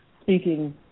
speaking